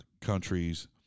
countries